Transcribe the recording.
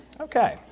okay